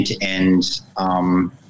end-to-end